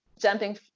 Jumping